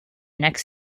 next